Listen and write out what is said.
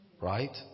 Right